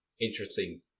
interesting